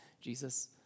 Jesus